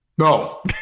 No